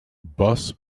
bus